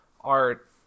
art